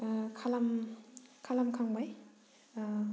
खालाम खालामखांबाय